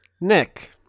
Nick